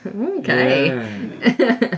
Okay